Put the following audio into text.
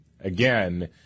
again